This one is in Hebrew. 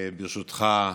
ברשותך,